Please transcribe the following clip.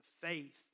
faith